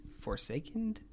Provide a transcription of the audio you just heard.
forsaken